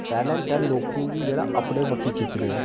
talent ऐ लोकें गी जेह्ड़ा अपनी बक्खी खिच्चने दा